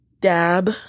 Dab